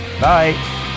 bye